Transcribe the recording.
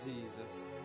Jesus